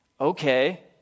okay